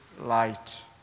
light